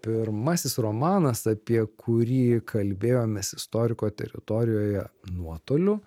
pirmasis romanas apie kurį kalbėjomės istoriko teritorijoje nuotoliu